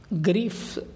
Grief